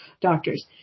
doctors